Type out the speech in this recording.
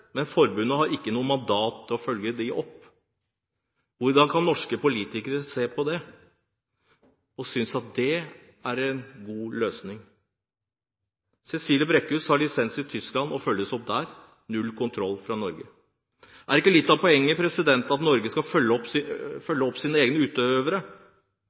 men forbundet har ikke noe mandat til å følge dem opp. Hvordan kan norske politikere se på det og synes det er en god løsning? Cecilia Brækhus – med lisens i Tyskland – må følges opp der. Det er null kontroll fra Norge. Er det ikke litt av poenget at Norge skal følge opp sine egne utøvere?